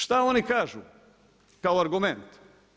Šta oni kažu kao argument?